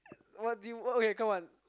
what do you what oh okay come on